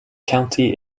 county